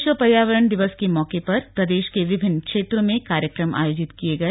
विश्व पर्यावरण दिवस के मौके पर प्रदेश के विभिन्न क्षेत्रों में कार्यक्रम आयोजित किए गए